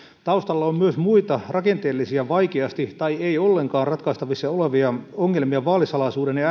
taustalla on myös muita rakenteellisia vaikeasti tai ei ollenkaan ratkaistavissa olevia ongelmia vaalisalaisuuden ja